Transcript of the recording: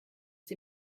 sie